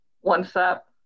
one-step